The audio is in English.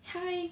hi